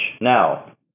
Now